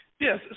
Yes